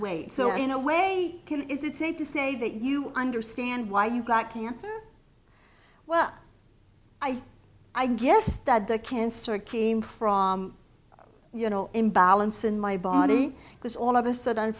way so in a way is it safe to say that you understand why you got cancer well i i guess that the cancer came from you know imbalance in my body because all of a sudden